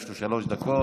יש לו שלוש דקות.